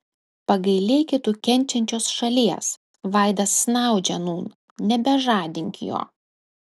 pagailėki tu kenčiančios šalies vaidas snaudžia nūn nebežadink jo